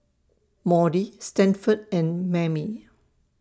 Maudie Stanford and Mammie